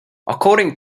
according